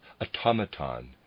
automaton